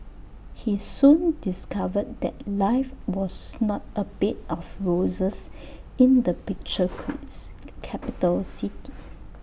he soon discovered that life was not A bed of roses in the picture queues capital city